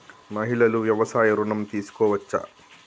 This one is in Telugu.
మహిళలు వ్యవసాయ ఋణం తీసుకోవచ్చా?